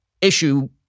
issue